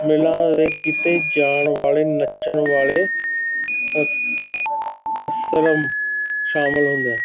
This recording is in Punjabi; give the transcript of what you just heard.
ਮਿਲਾ ਕੀਤੇ ਜਾਣ ਵਾਲੇ ਨੱਚਣ ਵਾਲੇ ਕਸ ਅਸਰਮ ਸ਼ਾਮਿਲ ਹੁੰਦਾ